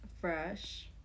fresh